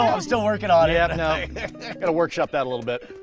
i'm still working on it. yeah, no you got to workshop that a little bit.